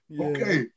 Okay